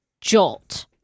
jolt